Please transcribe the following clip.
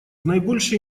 наибольшей